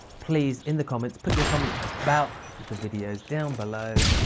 please in the comments put your comments about the videos down below.